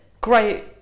great